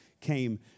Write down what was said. came